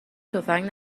تفنگ